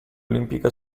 olimpica